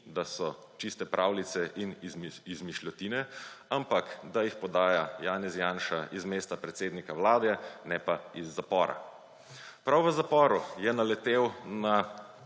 da so čiste pravljice in izmišljotine, ampak da jih podaja Janez Janša iz mesta predsednika Vlade in ne iz zapora. Prav v zaporu je naletel na